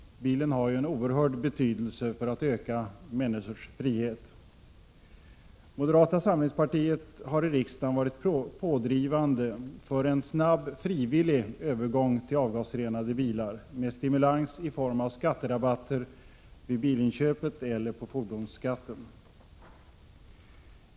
Bilen har ju en oerhörd betydelse för att öka människors frihet. Moderata samlingspartiet har i riksdagen varit pådrivande för en snabb frivillig övergång till avgasrenade bilar, med stimulans i form av skatterabatter vid bilinköpet eller på fordonsskatten.